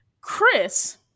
Chris